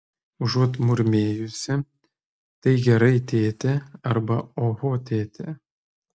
užuot murmėjusi tai gerai tėti arba oho tėti